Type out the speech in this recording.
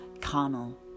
carnal